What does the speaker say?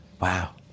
Wow